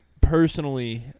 Personally